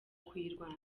kuyirwanya